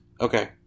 Okay